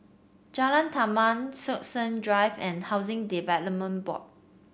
Jalan Taman Stokesay Drive and Housing Development Board